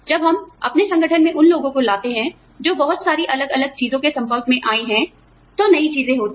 जब हम अपने संगठन में उन लोगों को लाते हैं जो बहुत सारी अलग अलग चीजों के संपर्क में आए हैं तो नई चीजें होती हैं